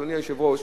אדוני היושב-ראש,